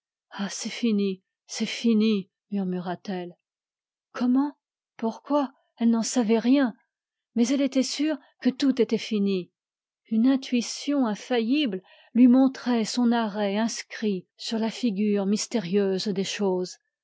ah c'est fini murmura-t-elle comment pourquoi elle n'en savait rien mais elle était sûre que tout était fini une intuition infaillible lui montrait son arrêt inscrit sur la figure mystérieuse des choses